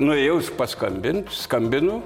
nuėjau paskambint skambinu